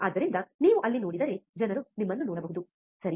ಆದ್ದರಿಂದ ನೀವು ಅಲ್ಲಿ ನೋಡಿದರೆ ಜನರು ನಿಮ್ಮನ್ನು ನೋಡಬಹುದುಸರಿ